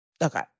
Okay